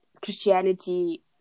christianity